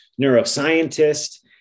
neuroscientist